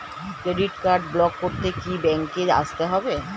Credit card block করতে কি ব্যাংকে আসতে হবে?